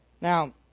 Now